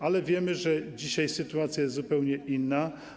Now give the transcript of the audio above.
Ale wiemy, że dzisiaj sytuacja jest zupełnie inna.